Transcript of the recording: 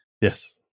Yes